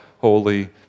holy